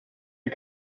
jag